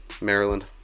Maryland